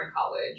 college